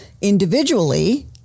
Individually